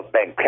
Bank